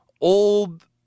old